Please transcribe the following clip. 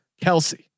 Kelsey